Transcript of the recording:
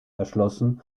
erschlossen